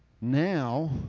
Now